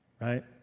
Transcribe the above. Right